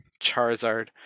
charizard